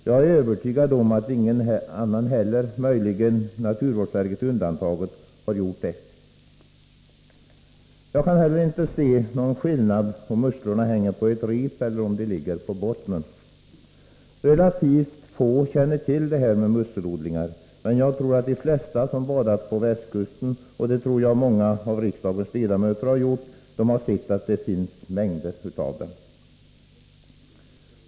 Jag är övertygad om att ingen annan heller — möjligen naturvårdsverket undantaget — har gjort det. Jag kan heller inte se att det är någon skillnad på om musslorna hänger på ett rep eller om de ligger på bottnen. Relativt få känner till det här med musselodling. Men jag tror att de flesta som badat på västkusten — och det har nog många av riksdagens ledamöter gjort — har sett vilka mängder musslor det finns.